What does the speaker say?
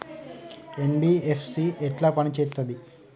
NBFC ఎట్ల పని చేత్తది?